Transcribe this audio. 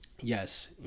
yes